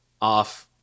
off